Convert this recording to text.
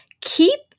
keep